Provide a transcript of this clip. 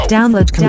download